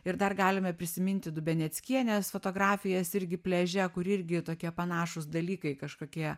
ir dar galime prisiminti dubeneckienės fotografijas irgi pliaže kur irgi tokie panašūs dalykai kažkokie